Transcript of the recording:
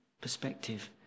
perspective